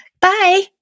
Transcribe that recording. Bye